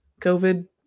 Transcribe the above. COVID